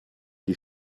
die